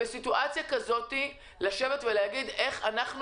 בסיטואציה כזו צריך לשבת ולהגיד איך אנחנו